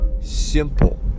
simple